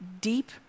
deep